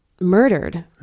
murdered